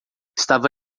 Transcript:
estava